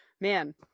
man